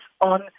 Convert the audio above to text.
on